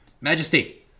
Majesty